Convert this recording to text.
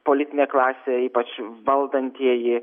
politinė klasė ypač valdantieji